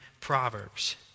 proverbs